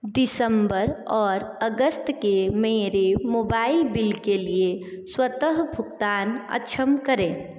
दिसंबर और अगस्त के मेरे मोबाइल बिल के लिए स्वतः भुगतान अक्षम करें